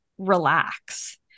relax